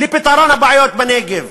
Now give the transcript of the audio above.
לפתרון הבעיות בנגב.